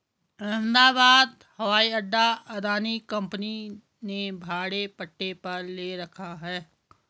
अहमदाबाद हवाई अड्डा अदानी कंपनी ने भाड़े पट्टे पर ले रखा है